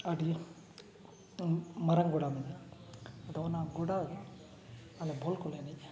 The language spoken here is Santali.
ᱟᱹᱰᱤ ᱢᱟᱨᱟᱝ ᱜᱚᱰᱟ ᱢᱮᱱᱟᱜᱼᱟ ᱟᱫᱚ ᱚᱱᱟ ᱜᱚᱰᱟ ᱟᱞᱮ ᱵᱚᱞ ᱠᱚᱞᱮ ᱮᱱᱮᱡᱼᱟ